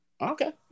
Okay